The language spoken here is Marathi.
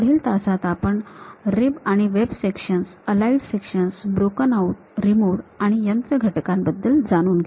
पुढील तासात आपण रिब आणि web sections aligned sections broken out removed आणि यंत्र घटकांबद्दल जाणून घेऊ